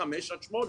מ-17:00 עד 20:00,